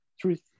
truth